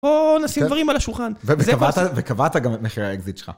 בואו נשים דברים על השולחן. וקבעת גם את מחירי האקזיט שלך.